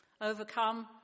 Overcome